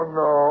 no